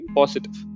positive